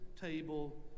table